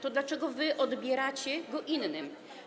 To dlaczego wy odbieracie je innym?